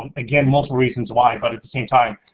and again, multiple reasons why but at the same time,